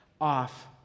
off